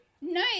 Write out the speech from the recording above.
No